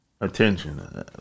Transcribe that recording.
attention